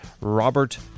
Robert